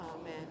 Amen